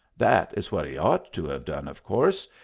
that is what he ought to have done, of course,